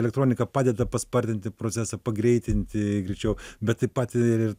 elektronika padeda paspartinti procesą pagreitinti greičiau bet taip pat ir